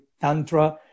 Tantra